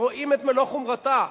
שרואים את מלוא חומרתה,